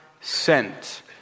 sent